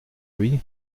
lui